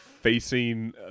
facing